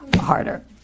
harder